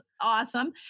awesome